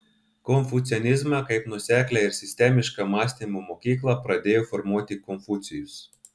konfucianizmą kaip nuoseklią ir sistemišką mąstymo mokyklą pradėjo formuoti konfucijus